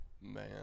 man